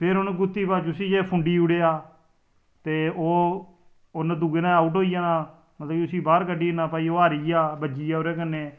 फ्ही उनें गुत्ती कश उसी अगर फुंडी ओड़ेआ ते ओह उंहे दुऐ ने आउट होई जाना मतलब कि उसी बाहर कड्ढी ओड़ना भाई कि ओह् हारी गेआ भज्जी गेआ ओहदे कन्नै